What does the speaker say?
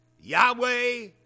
Yahweh